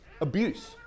abuse